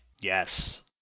Yes